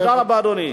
תודה רבה, אדוני.